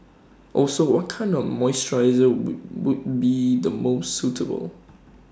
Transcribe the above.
also what kind of moisturiser would would be the most suitable